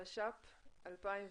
התש"ף-2020.